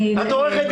את עורכת דין,